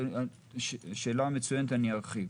שאלה מצוינת, אני ארחיב.